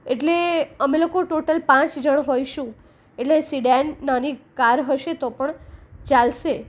એટલે અમે લોકો ટોટલ પાંચ જણ હોઈશું એટલે સિડેન નાની કાર હશે તો પણ ચાલશે